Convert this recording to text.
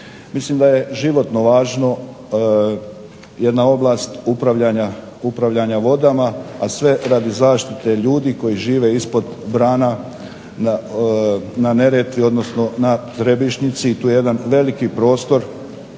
Mislim da je životno važno jedna oblast upravljanja vodama a sve radi zaštite ljudi koji žive ispod brana na Neretvi odnosno na Trebišnici i tu je jedan veliki prostor